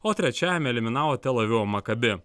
o trečiajame eliminavo tel avivo maccabi